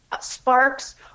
sparks